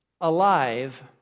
alive